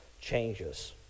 changes